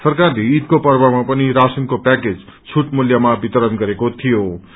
सरकारले ईदको पर्वमा पनि राशनको प्याकेज छूट मूल्यामा वितरण गरेको र्णियो